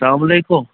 سلام علیکُم